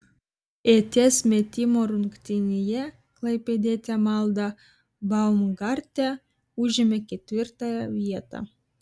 ieties metimo rungtyje klaipėdietė malda baumgartė užėmė ketvirtąją vietą